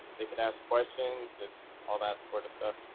they could ask questions, just all that sort of stuff.